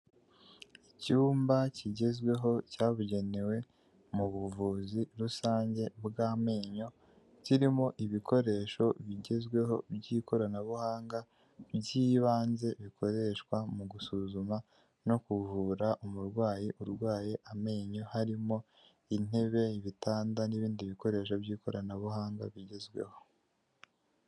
Icyumba kigezweho cyabugenewe mu buvuzi rusange bw'amenyo kirimo ibikoresho bigezweho by'ikoranabuhanga by'ibanze bikoreshwa mu gusuzuma no kuvura umurwayi urwaye amenyo harimo intebe ibitanda n'ibindi bikoresho by'ikoranabuhanga bigezweho.